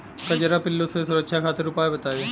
कजरा पिल्लू से सुरक्षा खातिर उपाय बताई?